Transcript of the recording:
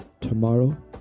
tomorrow